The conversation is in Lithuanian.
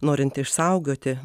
norint išsaugoti